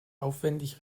aufwändig